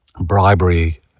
bribery